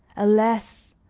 alas!